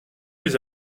mes